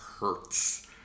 hurts